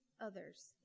others